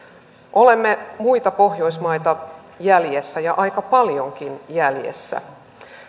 olemme muita pohjoismaita jäljessä ja aika paljonkin jäljessä